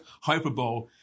hyperbole